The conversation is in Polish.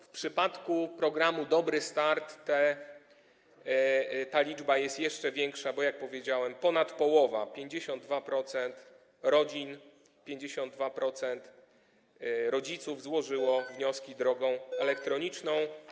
W przypadku programu „Dobry start” ta liczba jest jeszcze większa, bo jak powiedziałem, to ponad połowa - 52% rodzin, 52% rodziców złożyło wnioski drogą elektroniczną.